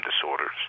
disorders